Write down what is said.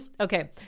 Okay